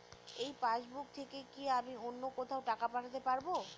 এই পাসবুক থেকে কি আমি অন্য কোথাও টাকা পাঠাতে পারব?